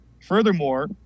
Furthermore